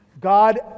God